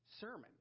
sermon